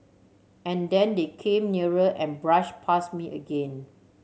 and then they came nearer and brushed past me again